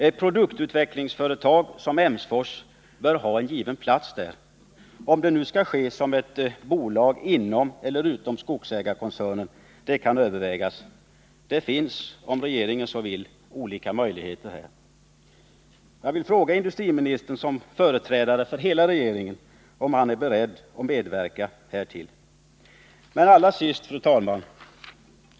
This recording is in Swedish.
Ett produktutvecklingsföretag som Emsfors bör ha en given plats här. Om det skall vara ett bolag inom eller utom Skogsägarkoncernen kan övervägas. Det finns, om regeringen så vill, olika möjligheter. Jag vill fråga industriministern såsom företrädare för hela regeringen om han är beredd att medverka härtill. Allra sist, fru talman!